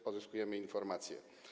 Pozyskujemy informacje.